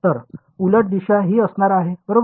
तर उलट दिशा ही असणार आहे बरोबर